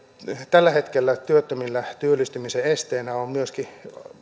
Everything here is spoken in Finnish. tällä hetkellä työttömillä työllistymisen esteenä on myöskin